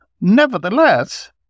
Nevertheless